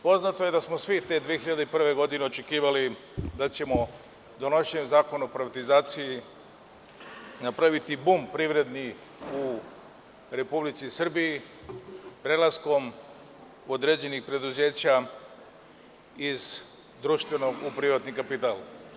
Poznato je da smo svi te 2001. godine očekivali da ćemo donošenjem Zakona o privatizaciji napraviti privredni bum u Republici Srbiji, prelaskom određenih preduzeća iz društvenog u privatni kapital.